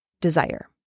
desire